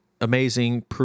amazing